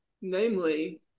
namely